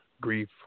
grief